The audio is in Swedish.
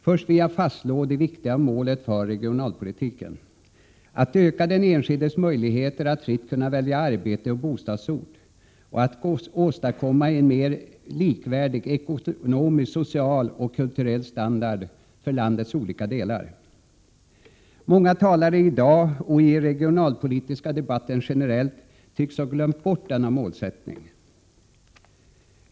Först vill jag slå fast det viktiga målet för regionalpolitiken: Att öka den enskildes möjligheter att fritt välja arbete och bostadsort och att åstadkomma en mer likvärdig ekonomisk, social och kulturell standard för landets olika delar. Många talare i dag och i den regionalpolitiska debatten generellt tycks ha glömt bort denna målsättning.